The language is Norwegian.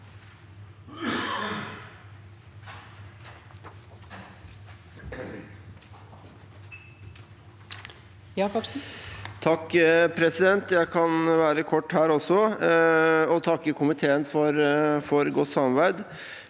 for saken): Jeg kan være kort her også og takke komiteen for godt samarbeid.